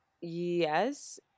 Yes